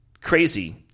crazy